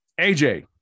AJ